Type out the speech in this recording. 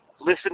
listen